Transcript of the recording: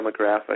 demographic